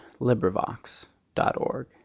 LibriVox.org